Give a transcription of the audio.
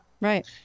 Right